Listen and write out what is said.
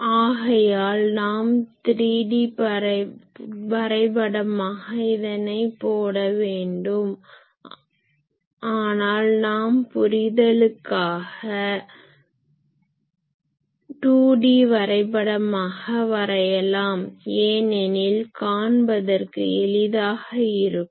ஆகையால் நாம் 3D வரைபடமாக இதனை போட வேண்டும் ஆனால் நம் புரிதலுக்காக 2D வரைபடமாக வரையலாம் ஏனெனில் காண்பதற்கு எளிதாக இருக்கும்